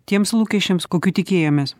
tiems lūkesčiams kokių tikėjomės